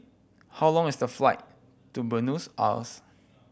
how long is the flight to Buenos Aires